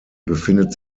befindet